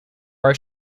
are